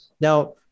Now